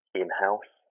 in-house